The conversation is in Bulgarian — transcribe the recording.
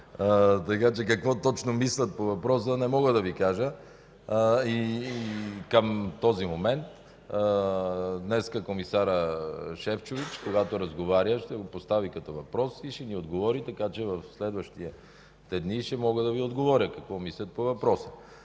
Така че какво точно мислят по въпроса не мога да Ви кажа към този момент. Днес комисарят Шефчович, когато разговаря, ще го постави като въпрос и ще ни отговори, така че в следващите дни ще мога да Ви отговоря какво мислят по въпроса.